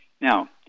Now